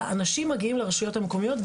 האנשים מגיעים לרשויות המקומיות,